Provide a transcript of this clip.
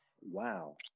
Wow